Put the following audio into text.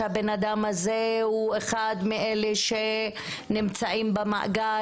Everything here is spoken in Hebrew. שהבן-אדם הזה הוא אחד מאלה שנמצאים במאגר,